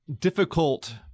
difficult